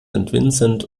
vincent